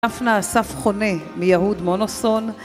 דפנה אסף חונה מיהוד מונוסון